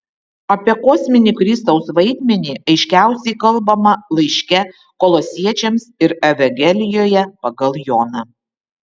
apie kosminį kristaus vaidmenį aiškiausiai kalbama laiške kolosiečiams ir evangelijoje pagal joną